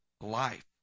life